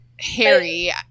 Harry